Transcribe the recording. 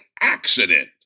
accident